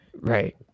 Right